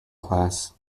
class